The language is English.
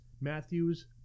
Matthews